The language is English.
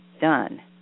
done